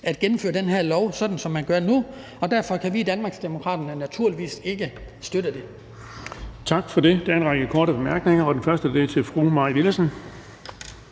at gennemføre den her lov, sådan som man gør nu, og derfor kan vi i Danmarksdemokraterne naturligvis ikke støtte